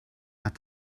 had